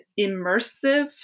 immersive